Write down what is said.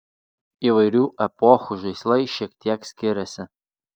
įvairių epochų žaislai šiek tiek skiriasi